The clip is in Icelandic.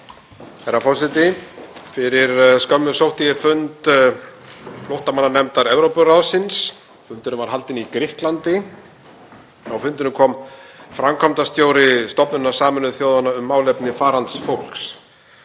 Herra forseti. Fyrir skömmu sótti ég fund flóttamannanefndar Evrópuráðsins. Hann var haldinn í Grikklandi. Á fundinn kom framkvæmdastjóri stofnunar Sameinuðu þjóðanna um málefni farandfólks.